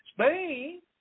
Spain